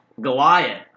Goliath